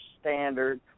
standard